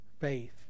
faith